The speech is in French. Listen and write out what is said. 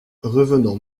revenons